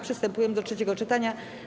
Przystępujemy do trzeciego czytania.